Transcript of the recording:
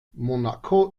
monaco